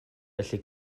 felly